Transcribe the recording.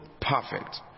perfect